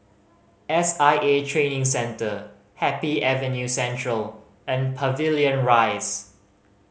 S I A Training Centre Happy Avenue Central and Pavilion Rise